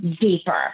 deeper